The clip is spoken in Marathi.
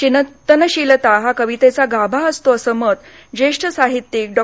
चिंतनशीलता हा कवितेचा गाभा असतो असं मत ज्येष्ठ साहित्यिक डॉ